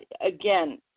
Again